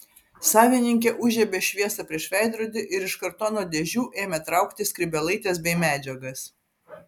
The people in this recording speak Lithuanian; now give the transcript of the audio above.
savininkė užžiebė šviesą prieš veidrodį ir iš kartono dėžių ėmė traukti skrybėlaites bei medžiagas